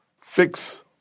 fix